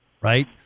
Right